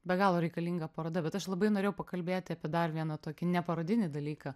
be galo reikalinga paroda bet aš labai norėjau pakalbėti apie dar vieną tokį neparodinį dalyką